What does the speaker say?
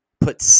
put